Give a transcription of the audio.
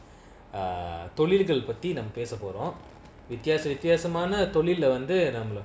ah தொழில்கள் பத்தி நம்ம பேசபோரோ வித்தியாச வித்தியாசமான தொழில்ல வந்து நம்மள:tholilkal pathi namma pesaporo vithiyaasa vithiyaasamaana tholilla vanthu nammala